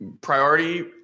priority